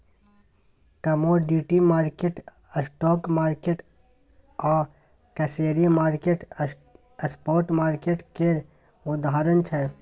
commodity market, stock market आ currency market spot market केर उदाहरण छै